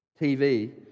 TV